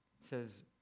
says